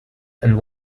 and